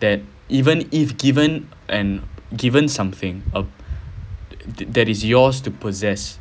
that even if given and given something uh that is yours to possess